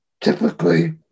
typically